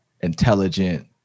intelligent